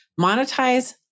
monetize